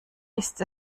ist